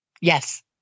Yes